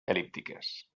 el·líptiques